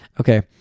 okay